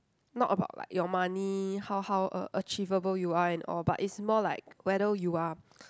not about like your money how how a achievable you are and all but it's more like whether you are